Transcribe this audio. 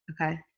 okay